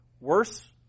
worse